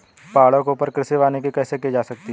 पहाड़ों के ऊपर कृषि वानिकी कैसे की जा सकती है